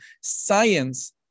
science